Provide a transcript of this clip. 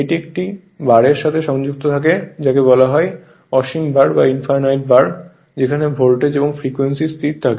এটি একটি বারের সাথে সংযুক্ত থাকে যাকে বলা হত অসীম বার যেখানে ভোল্টেজ এবং ফ্রিকোয়েন্সি স্থির থাকে